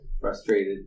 frustrated